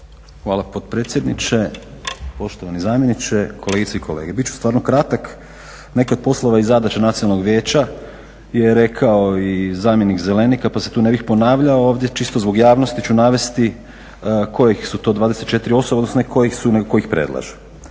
Hvala potpredsjedniče, poštovani zamjeniče, kolegice i kolege. Biti ću stvarno kratak. Neke od poslova i zadaća nacionalnog vijeća je rekao i zamjenik Zelenika pa se tu ne bih ponavljao a ovdje čisto zbog javnosti ću navesti kojih su to 24 osobe, odnosno ne kojih su